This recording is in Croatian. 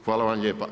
Hvala vam lijepa.